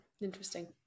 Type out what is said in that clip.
interesting